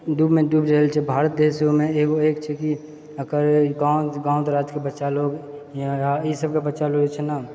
डूबि रहल छै भारत देश ओहिमे एक छै कि अकर गाँव गाँव देहातके बच्चा लोग ई सब कऽ बच्चा लोग जे छै ने